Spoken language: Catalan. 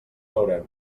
veurem